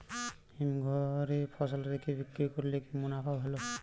হিমঘরে ফসল রেখে বিক্রি করলে কি মুনাফা ভালো?